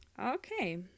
Okay